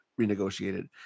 renegotiated